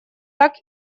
так